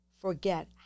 forget